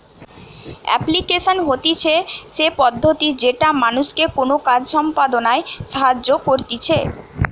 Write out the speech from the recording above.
application হতিছে সে পদ্ধতি যেটা মানুষকে কোনো কাজ সম্পদনায় সাহায্য করতিছে